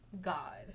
god